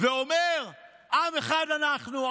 ואומר: עם אחד אנחנו,